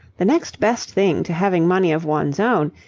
the next best thing to having money of one's own,